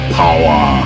power